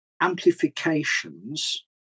amplifications